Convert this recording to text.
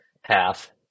Half